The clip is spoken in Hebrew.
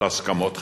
להסכמות חשובות.